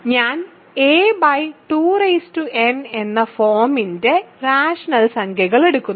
ഞാൻ a2n എന്ന ഫോമിന്റെ റാഷണൽ സംഖ്യകൾ എടുക്കുന്നു